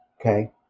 Okay